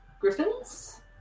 griffins